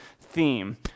theme